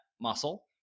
muscle